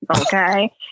okay